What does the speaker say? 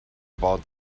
about